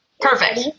Perfect